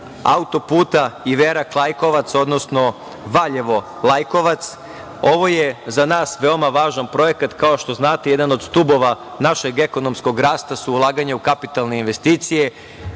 auto-puta Iverak – Lajkovac, odnosno Valjevo – Lajkovac. Ovo je za nas veoma važan projekat. Kao što znate, jedan od stubova našeg ekonomskog rasta su ulaganja u kapitalne investicije.